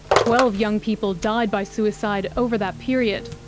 twelve young people died by suicide over that period.